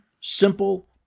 simple